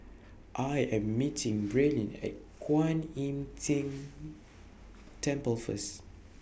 I Am meeting Braelyn At Kwan Im Tng Temple First